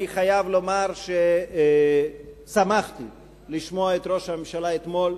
ואני חייב לומר ששמחתי לשמוע את ראש הממשלה אתמול,